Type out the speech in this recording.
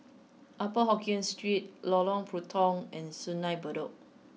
upper Hokkien Street Lorong Puntong and Sungei Bedok